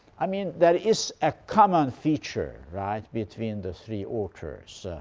i mean, there is a common feature right between the three authors.